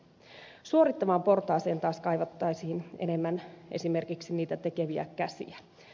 suorittavaan portaaseen taas kaivattaisiin enemmän esimerkiksi niitä tekeviä käsiä